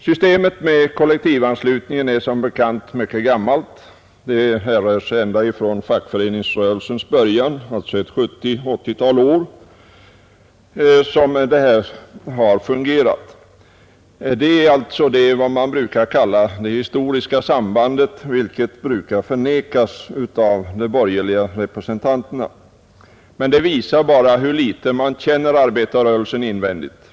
Systemet med kollektivanslutring är som bekant mycket gammalt; det härrör från fackföreningsrörelsens begynnelse och har alltså praktiserats i 70 å 80 år. Men detta historiska samband brukar de borgerliga representanterna förneka, vilket bara visar hur litet man känner arbetarrörelsen invändigt.